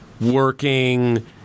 working